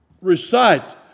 recite